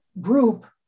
group